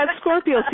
Scorpio